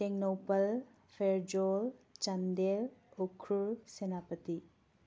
Tengnoupal Pherzawl Chandel Ukhrul Senapati